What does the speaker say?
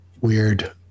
weird